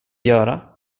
göra